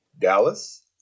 Dallas